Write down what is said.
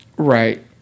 right